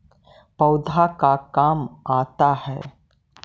पौधे का काम आता है?